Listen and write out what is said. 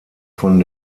von